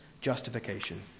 justification